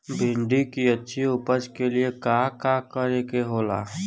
भिंडी की अच्छी उपज के लिए का का करे के होला?